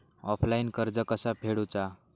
Offline कर्ज कसा फेडूचा?